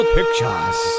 Pictures